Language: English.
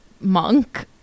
monk